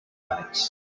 lights